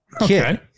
Okay